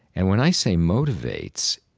and when i say motivates,